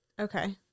Okay